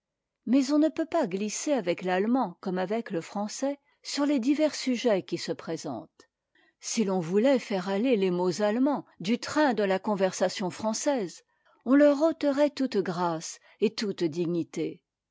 mais on ne peut pas glisser avec l'allemand comme avec le français sur les divers sujets qui se présentent si l'on voulait faire aller les mots allemands du train de la conversation francaise on leur ôterait toute grâce et toute dignité